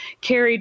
carried